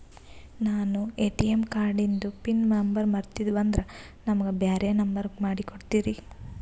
ನಾನು ಎ.ಟಿ.ಎಂ ಕಾರ್ಡಿಂದು PIN number ಮರತೀವಂದ್ರ ನಮಗ ಬ್ಯಾರೆ ನಂಬರ್ ಮಾಡಿ ಕೊಡ್ತೀರಿ?